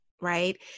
right